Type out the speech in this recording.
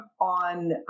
on